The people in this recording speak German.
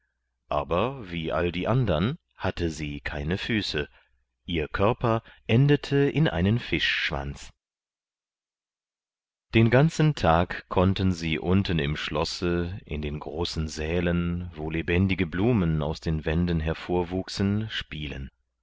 aber wie all die andern hatte sie keine füße ihr körper endete in einen fischschwanz den ganzen tag konnten sie unten im schlosse in den großen sälen wo lebendige blumen aus den wänden hervorwuchsen spielen